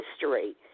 history